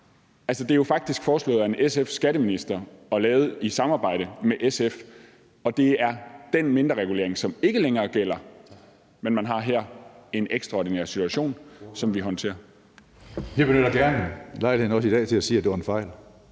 det er jo faktisk foreslået en skatteminister fra SF og lavet i samarbejde med SF, og det er den mindreregulering, som ikke længere gælder, men vi har her en ekstraordinær situation, som vi håndterer.